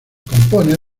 compone